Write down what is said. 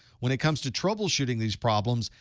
when it comes to troubleshooting these problems,